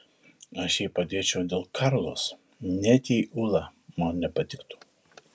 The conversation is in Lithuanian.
aš jai padėčiau dėl karlos net jei ula man nepatiktų